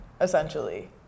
essentially